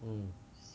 mm